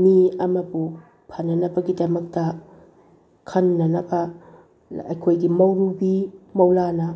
ꯃꯤ ꯑꯃꯕꯨ ꯐꯅꯕꯒꯤꯗꯃꯛꯇ ꯈꯟꯅꯅꯕ ꯑꯩꯈꯣꯏꯒꯤ ꯃꯧꯔꯨꯕꯤ ꯃꯧꯂꯥꯅ